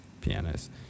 pianos